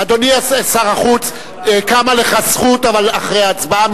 אדוני שר החוץ, קמה לך זכות, אבל אחרי ההצבעה.